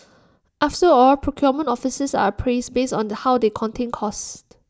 after all procurement officers are appraised based on how they contain costs